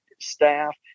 staff